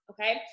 okay